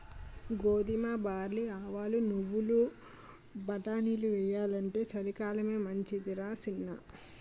గోధుమ, బార్లీ, ఆవాలు, నువ్వులు, బటానీలెయ్యాలంటే చలికాలమే మంచిదరా సిన్నా